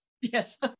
yes